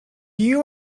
you